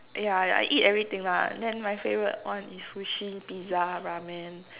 ya I I eat everything lah then my favourite one is Sushi Pizza Ramen